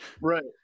right